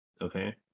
okay